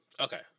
Okay